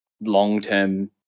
long-term